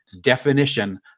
definition